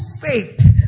faith